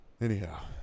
Anyhow